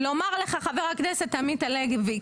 ואני רוצה לומר לך חבר הכנסת עמית הלוי,